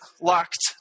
locked